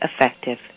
effective